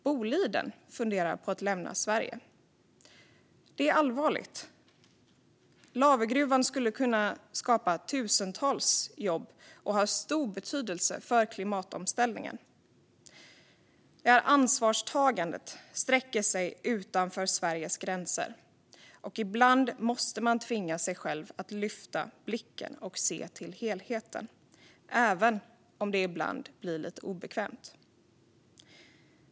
Boliden funderar på att lämna Sverige. Det är allvarligt. Lavergruvan skulle kunna skapa tusentals jobb och ha stor betydelse för klimatomställningen. Ansvarstagandet sträcker sig utanför Sveriges gränser. Ibland måste man tvinga sig själv att lyfta blicken och se till helheten, även om det kan bli lite obekvämt.